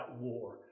war